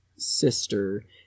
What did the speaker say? sister